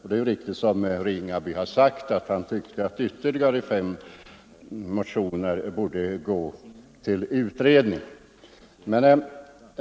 Herr Ringaby framhöll ju också att han tyckte att ytterligare fem motioner borde ha gått till utredning.